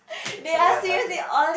that's a light hearted